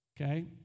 okay